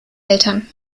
eltern